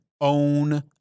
own